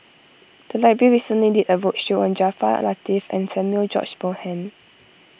the library recently did a roadshow on Jaafar Latiff and Samuel George Bonham